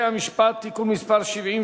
(תיקון מס' 5),